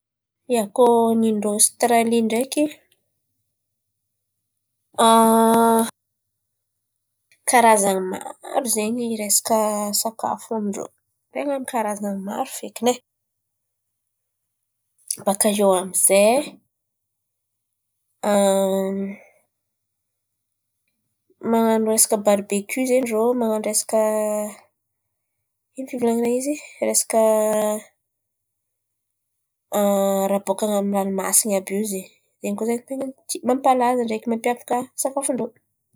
Ia, koa ny ndrô Ôsitiraly ndreky karazan̈a maro zen̈y resaka sakafo amin-drô ten̈a karazany maro fekiny e. Baka iô amy izay man̈ano resaka barobeky zen̈y rô, man̈ano resaka ino fivolan̈ana izy. Masano resaka raha bôka amy ny ranomasiny àby io zen̈y, zen̈y koa zen̈y mapalaza ndreky mampiavaka sakafon-drô.